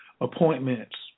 appointments